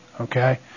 Okay